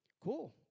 Cool